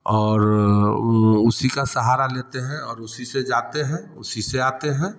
और उसी का सहारा लेते हैं और उसी से जाते हैं उसी से आते हैं